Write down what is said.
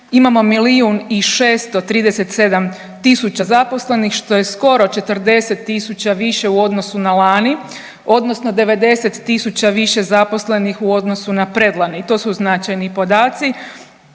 i 637 tisuća zaposlenih što je skoro 40.000 više u odnosu na lani odnosno 90.000 zaposlenih u odnosu na predlani, to su značajni podaci.